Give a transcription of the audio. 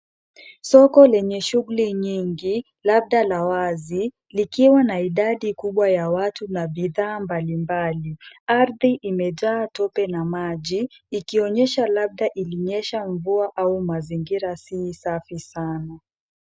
Soko lenye shughuli nyingi, labda la wazi, likiwa na idadi kubwa ya watu na bidhaa mbali mbali. Ardhi imejaa tope na maji, ikionyesha labda ilinyesha mvua ama mazingira si safi sana.